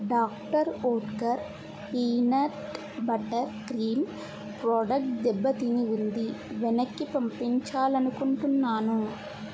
doctor Oetker peanut butter cream product దెబ్బ తిని ఉంది వెనక్కి పంపించాలనుకుంటున్నాను